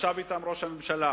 ישב אתם ראש הממשלה,